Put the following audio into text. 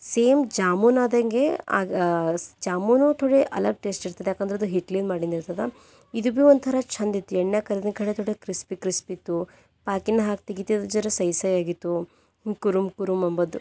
same ಜಾಮೂನಾದಂಗೆ ಆಗ ಜಾಮೂನು ಥೋಡೆ ಅಲಗ್ ಟೇಸ್ಟ್ ಇರ್ತದೆ ಯಾಕಂದ್ರೆ ಅದು ಹಿಟ್ಲಿಂದ ಮಾಡಿಂದು ಇರ್ತದೆ ಇದು ಭೀ ಒಂಥರ ಚಂದಿತ್ತು ಎಣ್ಣೆಗೆ ಕರದಿಂಗ ಕಡೆ ಥೋಡೆ ಕ್ರಿಸ್ಪಿ ಕ್ರಿಸ್ಪಿತ್ತು ಪಾಕಿನ ಹಾಕಿ ತೆಗಿತಿದ್ದು ಜರಾ ಸೈ ಸೈ ಆಗಿತ್ತು ಕುರುಮ್ ಕುರುಮ್ ಅಂಬೊದ್ದು